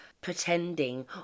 pretending